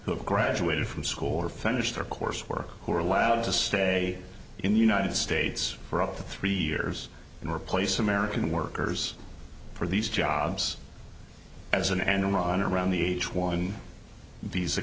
who have graduated from school or finish their coursework who are allowed to stay in the united states for up to three years and replace american workers for these jobs as an enron around the